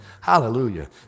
hallelujah